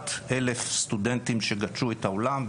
כמעט אלף סטודנטים שגדשו את האולם,